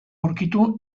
aurkitu